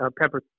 pepper